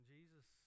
Jesus